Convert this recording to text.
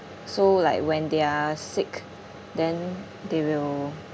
so like when they are sick then they will